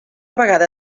vegada